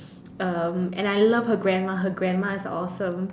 um and I love her grandma her grandma is awesome